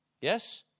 Yes